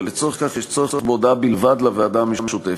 ולצורך זה יש צורך בהודעה בלבד לוועדה המשותפת.